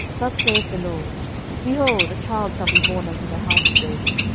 thus saith the lord behold, a child shall be born unto the house of david,